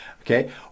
Okay